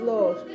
Lord